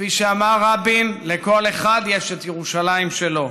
כפי שאמר רבין: לכל אחד יש את ירושלים שלו.